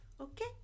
okay